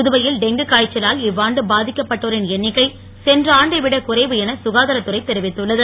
புதுவையில் டெங்கு காய்ச்சலால் இவ்வாண்டு பாதிக்கப்பட்டோரின் எண்ணிக்கை சென்ற ஆண்டைவிட குறைவு என சுகாதாரத்துறை தெரிவித்துள்ளது